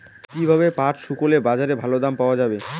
কীভাবে পাট শুকোলে বাজারে ভালো দাম পাওয়া য়ায়?